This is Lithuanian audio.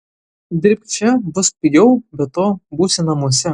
dirbk čia bus pigiau be to būsi namuose